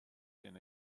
sin